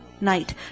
night